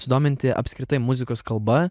sudominti apskritai muzikos kalba